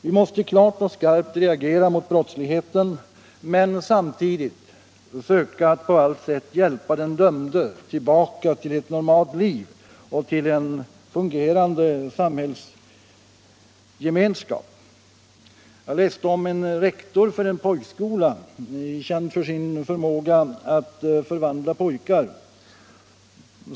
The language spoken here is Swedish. Vi måste klart och skarpt reagera mot brottsligheten men samtidigt söka att på allt sätt hjälpa den dömde tillbaka till ett normalt liv och till en fungerande samhällsgemenskap. Jag läste om en rektor för en pojkskola — han är känd för sin förmåga att förvandla pojkar.